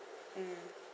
mm